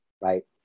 right